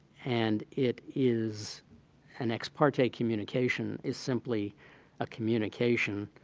and it is an ex parte communication is simply a communication